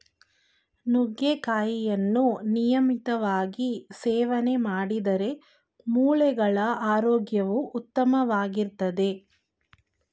ನುಗ್ಗೆಕಾಯಿಯನ್ನು ನಿಯಮಿತವಾಗಿ ಸೇವನೆ ಮಾಡಿದ್ರೆ ಮೂಳೆಗಳ ಆರೋಗ್ಯವು ಉತ್ತಮವಾಗಿರ್ತದೆ